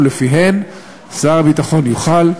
ולפיהן שר הביטחון יוכל,